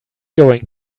going